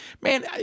man